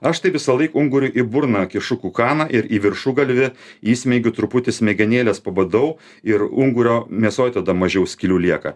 aš tai visąlaik unguriui į burną kišu kukaną ir į viršugalvį įsmeigiu truputį smegenėles pabadau ir ungurio mėsoj tada mažiau skylių lieka